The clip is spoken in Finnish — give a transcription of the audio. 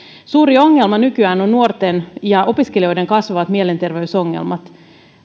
suuri ongelma nykyään on on nuorten ja opiskelijoiden kasvavat mielenterveysongelmat